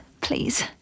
please